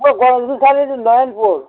মোৰ গণেশগুৰি চাৰিআলিৰ নয়নপুৰ